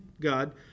God